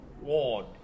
Ward